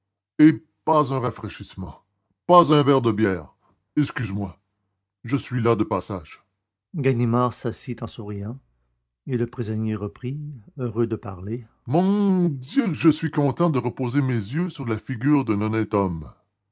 pas un rafraîchissement pas un verre de bière excusez-moi je suis là de passage ganimard s'assit en souriant et le prisonnier reprit heureux de parler mon dieu que je suis content de reposer mes yeux sur la figure d'un honnête homme